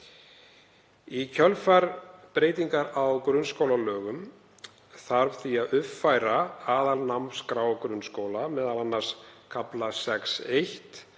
Í kjölfar breytingar á grunnskólalögum þarf því að uppfæra aðalnámskrá grunnskóla, m.a. kafla 6.1.,